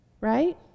Right